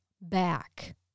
back